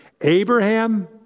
Abraham